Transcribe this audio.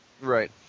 Right